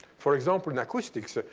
for example, in acoustics,